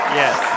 yes